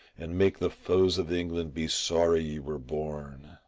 and make the foes of england be sorry you were born.